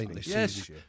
Yes